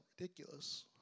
ridiculous